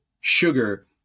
sugar